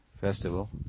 festival